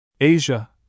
Asia